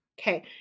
Okay